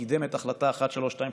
קידם את החלטה 1325,